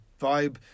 vibe